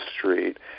street